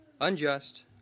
unjust